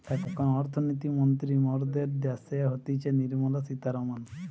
এখন অর্থনীতি মন্ত্রী মরদের ড্যাসে হতিছে নির্মলা সীতারামান